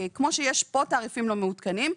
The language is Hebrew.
כמו שיש כאן תעריפים לא מעודכנים,